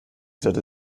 sollte